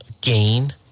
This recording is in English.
gain